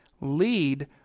Lead